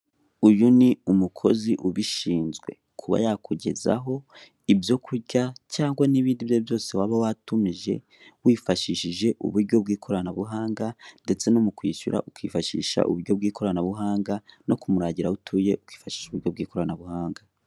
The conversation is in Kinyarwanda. Uyu ni umukozi ubishinzwe kuba yakugezaho ibyo kurya cyangwa n'ibindi ibyo aribyo byose waba watumije wifashishije uburyo bw'ikoranabuhanga ndetse no mu kwishyura ukifashisha uburyo bw'ikoranabuhanga no kumuragira aho utuye ukifashisha uburyo bw'ikoranabuhanga.